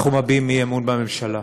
אנחנו מביעים אי-אמון בממשלה.